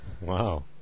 Wow